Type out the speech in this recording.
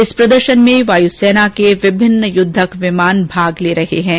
इस प्रदर्शन में वायुसेना के विभिन्न युद्धक विमान भाग लेंगे